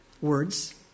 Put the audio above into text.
words